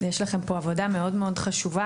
יש לכם פה עבודה מאוד חשובה,